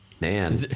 Man